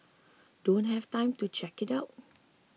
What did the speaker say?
don't have time to check it out